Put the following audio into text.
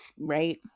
Right